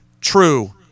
true